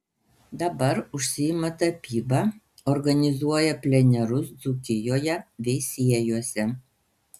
dabar užsiima tapyba organizuoja plenerus dzūkijoje veisiejuose